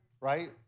right